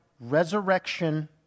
resurrection